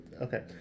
Okay